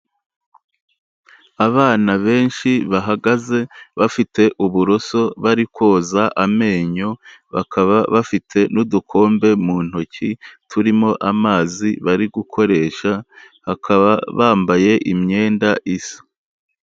Abana benshi bahagaze bafite uburoso bari koza amenyo, bakaba bafite n'udukombe mu ntoki turimo amazi bari gukoresha, bakaba bambaye imyenda isa.